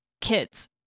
kids